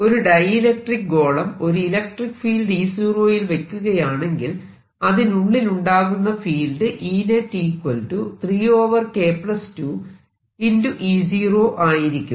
ഒരു ഡൈഇലക്ട്രിക്ക് ഗോളം ഒരു ഇലക്ട്രിക്ക് ഫീൽഡ് E0 യിൽ വെക്കുകയാണെങ്കിൽ അതിനുള്ളിലുണ്ടാകുന്ന ഫീൽഡ് ആയിരിക്കും